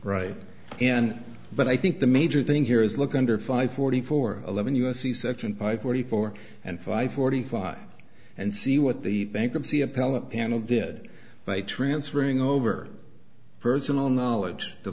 right and but i think the major thing here is look under five forty four eleven u s c section five forty four and five forty five and see what the bankruptcy appellate panel did by transferring over personal knowledge to